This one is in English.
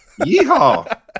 Yeehaw